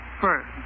first